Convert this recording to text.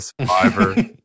survivor